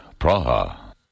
Praha